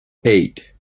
eight